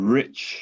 rich